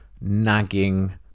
nagging